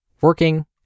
working